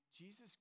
Jesus